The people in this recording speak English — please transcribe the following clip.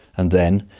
and then,